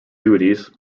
duties